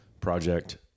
project